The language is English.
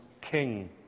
King